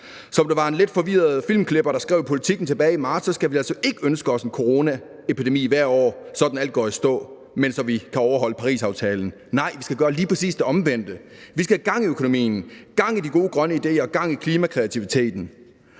Som der var en lidt forvirret filmklipper, der skrev i Politiken tilbage i marts, skal vi altså ikke ønske os en coronaepidemi hvert år, hvor alt går i stå, så vi kan overholde Parisaftalen. Nej, vi skal gøre lige præcis det omvendte. Vi skal have gang i økonomien, have gang i de gode grønne ideer og have gang i klimakreativiteten.